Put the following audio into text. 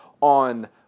on